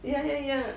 ya ya ya